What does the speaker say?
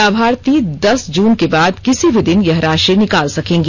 लाभार्थी दस जून के बाद किसी भी दिन यह राशि निकाल सकेंगी